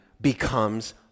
becomes